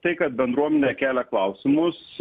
tai kad bendruomenė kelia klausimus